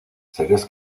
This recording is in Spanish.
seres